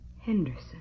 Henderson